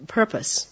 purpose